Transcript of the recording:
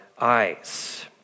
eyes